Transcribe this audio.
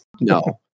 No